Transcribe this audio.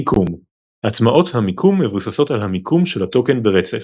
מיקום הטמעות המיקום מבוססות על המיקום של הטוקן ברצף.